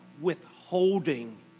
withholding